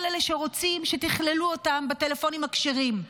אלה שרוצים שתכללו אותם בטלפונים הכשרים.